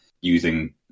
using